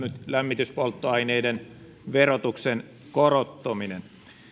lämmityspolttoaineiden verotuksen korottaminen